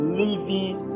living